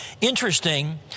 Interesting